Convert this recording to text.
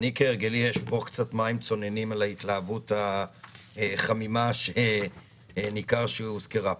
כהרגלי אשפוך קצת מים צוננים על ההתלהבות החמימה שהוזכרה פה.